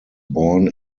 born